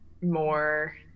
more